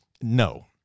No